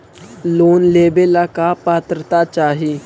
Loan लेवेला का पात्रता चाही?